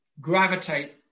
gravitate